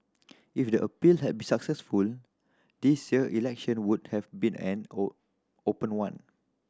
if the appeal had been successful this year election would have been an open one